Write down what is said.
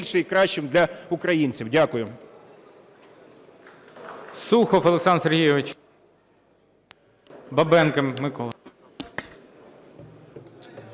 Дякую.